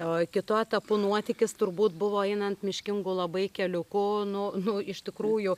o kitu etapu nuotykis turbūt buvo einant miškingu labai keliuku nu nu iš tikrųjų